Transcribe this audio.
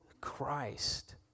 Christ